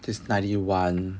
he's ninety one